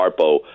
Harpo